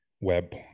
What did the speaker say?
web